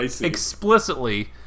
explicitly